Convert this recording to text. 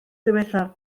ddiwethaf